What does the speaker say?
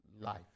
life